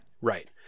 right